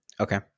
Okay